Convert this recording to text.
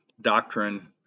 doctrine